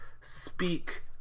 speak